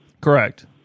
Correct